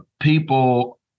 people